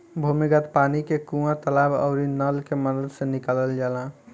भूमिगत पानी के कुआं, तालाब आउरी नल के मदद से निकालल जाला